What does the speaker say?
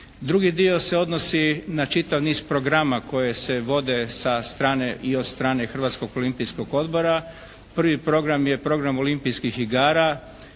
Drugi dio se odnosi na čitav niz programa koji se vode sa strane i od strane Hrvatskog olimpijskog odbora. Prvi program je program olimpijskih igara.